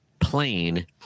plain